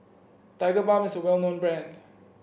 Tigerbalm is a well known brand